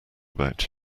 about